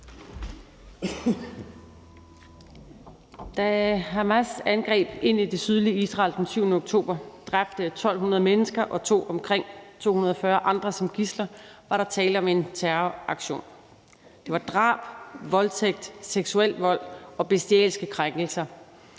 Da Hamas angreb ind i det sydlige Israel den 7. oktober og dræbte 1.200 mennesker og tog omkring 240 andre som gidsler, var der tale om en terroraktion. Det var drab, voldtægt, seksuel vold og bestialske krænkelser.